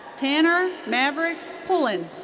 tanner maverick pullen.